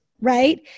right